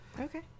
Okay